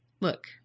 Look